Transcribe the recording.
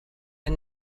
and